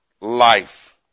life